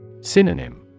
Synonym